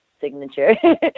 signature